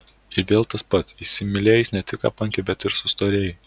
ir vėl tas pats įsimylėjus ne tik apanki bet ir sustorėji